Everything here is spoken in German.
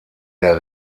der